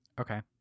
Okay